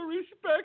Respect